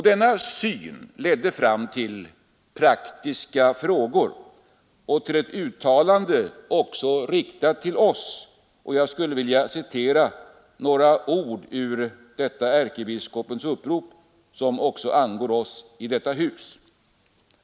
Denna syn ledde fram till praktiska frågor och till ett uttalande, också riktat till oss i Sverige, och jag vill här citera några ord ur detta ärkebiskopens upprop, som även angår oss i detta hus.